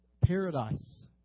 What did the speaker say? paradise